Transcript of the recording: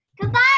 Goodbye